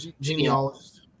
genealogist